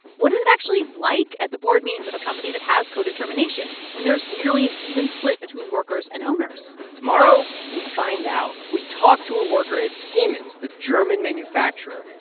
what is it actually like at the board meetings of a company that has co-determination, when there's nearly an even split between workers and owners? tomorrow, we find out. we talk to a worker at siemens, the german manufacturer,